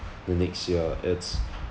the next year it's